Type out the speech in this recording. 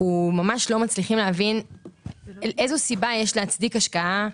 אנחנו ממש לא מצליחים להבין איזו סיבה יש להצדיק השקעה,